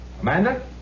Amanda